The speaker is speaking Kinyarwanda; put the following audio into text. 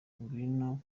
ngwino